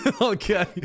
Okay